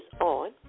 on